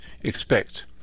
expect